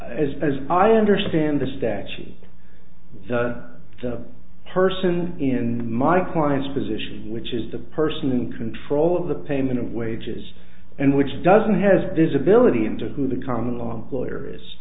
far as i understand the statute the person in my client's position which is the person in control of the payment of wages and which doesn't has visibility into who the common law employer is